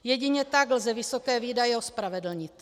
Jedině tak lze vysoké výdaje ospravedlnit.